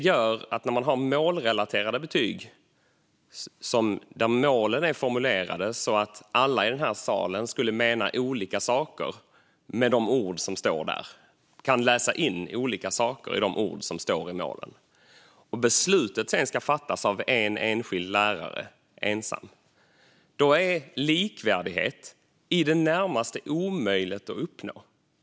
För målrelaterade betyg är målen formulerade så att alla i salen menar olika saker med de ord som står där, det vill säga läser in olika saker i de ord som står i målen. Beslutet ska sedan fattas av en enskild lärare. Då är likvärdighet i det närmaste omöjligt att uppnå.